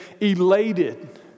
elated